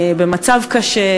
במצב קשה,